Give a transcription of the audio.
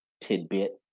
tidbit